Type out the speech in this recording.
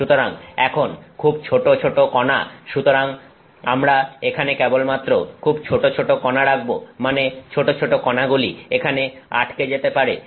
সুতরাং এখন খুব ছোট ছোট কণা সুতরাং আমরা এখানে কেবলমাত্র খুব ছোট ছোট কণা রাখবো মানে ছোট ছোট কণাগুলি এখানে আটকে যেতে পারে